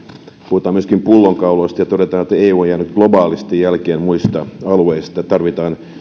puhutaan myöskin pullonkauloista ja todetaan että eu on jäänyt globaalisti jälkeen muista alueista ja tarvitaan